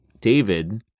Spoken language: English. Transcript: David